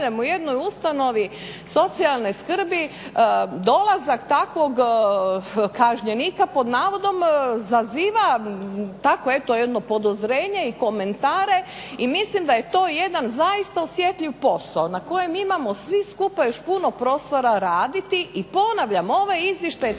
u jednoj ustanovi socijalne skrbi dolazak takvog kažnjenika, pod navodom, zaziva tako jedno evo podozrenje i komentare i mislim da je to jedan zaista osjetljiv posao na kojem imamo svi skupa još puno prostora raditi i ponavljam, ovaj izvještaj